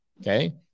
Okay